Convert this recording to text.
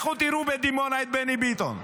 לכו תראו בדימונה את בני ביטון.